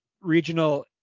regional